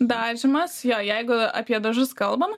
dažymas jo jeigu apie dažus kalbam